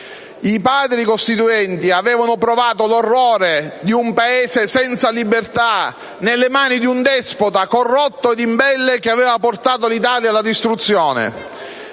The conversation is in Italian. I Padri costituenti avevano provato l'orrore di un Paese senza libertà, nelle mani di un despota corrotto e imbelle, che aveva portato l'Italia alla distruzione.